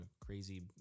crazy